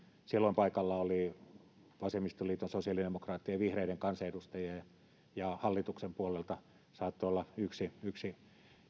silloin paikalla oli vasemmistoliiton sosiaalidemokraattien ja vihreiden kansanedustajia ja ja hallituksen puolelta saattoi olla yksi yksi